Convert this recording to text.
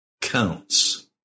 counts